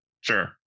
Sure